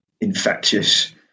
infectious